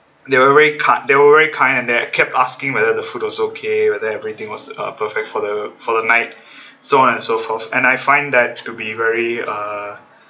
they were really car~ they were really kind and they kept asking whether the food was okay whether everything was uh perfect for the for the night so on and so forth and I find that to be very uh